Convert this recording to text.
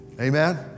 Amen